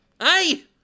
Hey